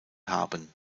haben